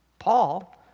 Paul